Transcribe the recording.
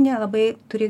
nelabai turi